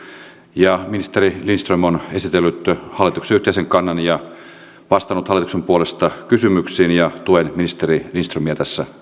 ja ministeri lindström on esitellyt hallituksen yhteisen kannan ja vastannut hallituksen puolesta kysymyksiin tuen ministeri lindströmiä tässä